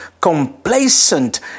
complacent